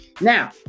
Now